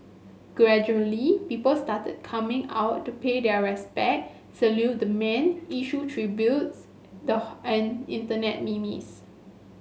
gradually people started coming out to pay their respects salute the man issue tributes the and internet memes